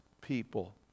people